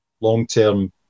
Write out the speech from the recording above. long-term